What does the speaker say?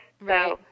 Right